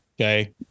okay